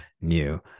new